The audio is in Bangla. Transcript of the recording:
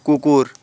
কুকুর